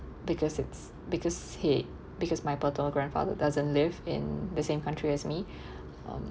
because it's because he because my paternal grandfather doesn't live in the same country as me um